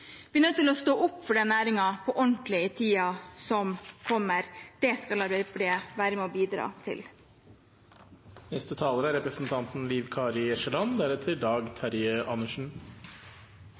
nødt til å stå opp for den næringen på ordentlig i tiden som kommer. Det skal Arbeiderpartiet være med og bidra til.